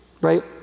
right